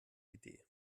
idee